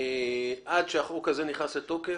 שעד שהחוק הזה נכנס לתוקף,